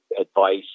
advice